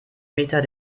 meter